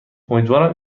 امیدوارم